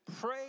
pray